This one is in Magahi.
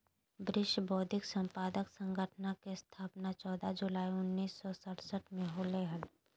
विश्व बौद्धिक संपदा संगठन के स्थापना चौदह जुलाई उननिस सो सरसठ में होलय हइ